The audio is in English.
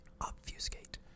Obfuscate